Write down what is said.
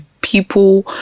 people